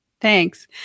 Thanks